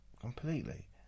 completely